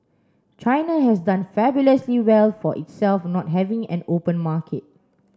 China has done fabulously well for itself not having an open market